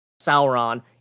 Sauron